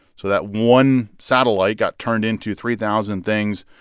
so that one satellite got turned into three thousand things,